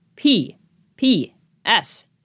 P-P-S